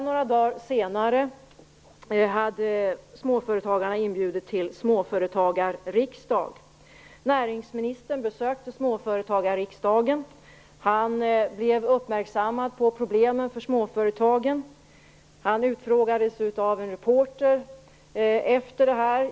Några dagar senare hade småföretagarna inbjudit till småföretagarriksdag. Näringsministern var där. Han blev uppmärksammad på småföretagens problem. Han utfrågades av en reporter.